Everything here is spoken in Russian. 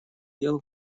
дел